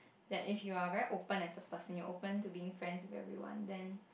that if you're very open as a person you're open to being friends with everyone then